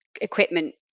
equipment